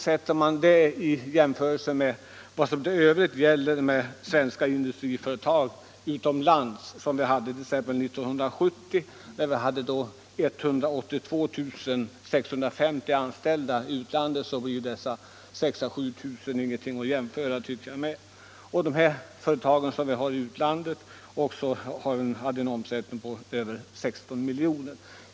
Jämför man detta med vad som i övrigt gäller för svenska industriföretag utomlands — 1970 t.ex. hade svenska företag 182 650 anställda i utlandet — är dessa 6 000 å 7000 inte mycket. De svenska företagen i utlandet hade en omsättning på över 16 miljarder.